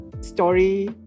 story